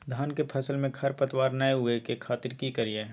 धान के फसल में खरपतवार नय उगय के खातिर की करियै?